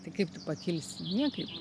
tai kaip tu pakilsi niekaip